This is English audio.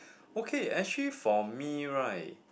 okay actually for me right